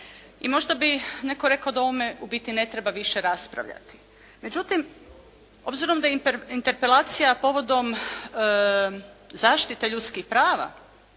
I možda bi netko rekao da o ovome u biti ne treba više raspravljati. Međutim, obzirom da je Interpelacija povodom zaštite ljudskih prava